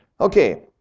Okay